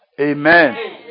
Amen